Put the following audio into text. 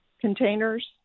containers